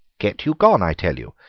get you gone, i tell you.